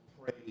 praise